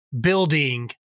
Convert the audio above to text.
Building